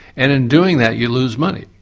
and in doing that you lose money.